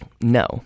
no